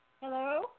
Hello